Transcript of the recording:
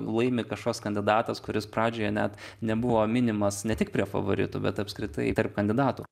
laimi kažkoks kandidatas kuris pradžioje net nebuvo minimas ne tik prie favoritų bet apskritai tarp kandidatų